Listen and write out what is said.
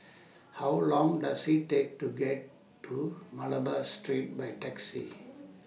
How Long Does IT Take to get to Malabar Street By Taxi